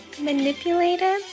manipulated